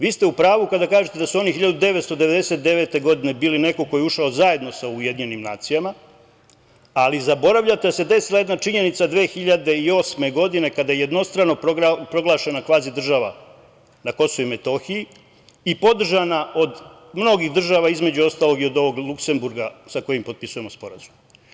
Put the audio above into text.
Vi ste u pravu kada kažete da su oni 1999. godine, bili neko ko je ušao zajedno sa UN, ali zaboravljate da se desila jedna činjenica 2008. godine, kada je jednostrano proglašena kvazi država na KiM, i podržana od mnogih država, između ostalog, i od ovog Luksenburga, sa kojim potpisujemo sporazum.